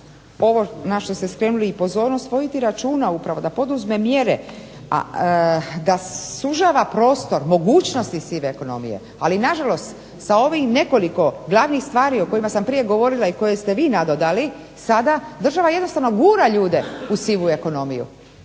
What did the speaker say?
ovo na što ste skrenuli i pozornost voditi računa upravo da poduzme mjere, da sužava prostor mogućnosti sive ekonomije. Ali na žalost sa ovih nekoliko glavnih stvari o kojima sam prije govorila i koje ste vi nadodali sada država jednostavno gura ljude u sivu ekonomiju.